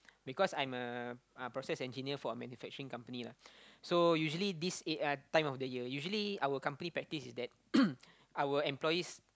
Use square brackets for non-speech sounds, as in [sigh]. because I'm a uh process engineer for a manufacturing company lah so usually this eh uh time of the year usually our company practice is that [coughs] our employees